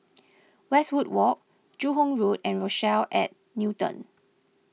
Westwood Walk Joo Hong Road and Rochelle at Newton